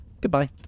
Goodbye